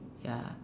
ya